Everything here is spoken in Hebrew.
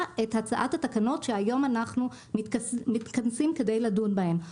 את הצעת התקנות שהיום אנחנו מתכנסים כדי לדון בהן.